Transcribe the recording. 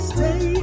Stay